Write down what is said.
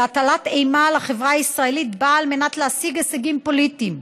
והטלת אימה על החברה הישראלית באה על מנת להשיג הישגים פוליטיים,